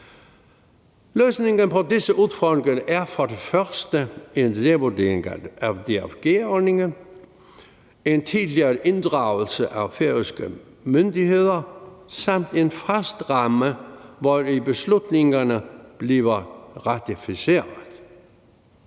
Løsningen på disse udfordringer er for det første en revurdering af DFG-ordningen, for det andet en tidligere inddragelse af færøske myndigheder og for det tredje en fast ramme, hvori beslutningerne bliver ratificeret.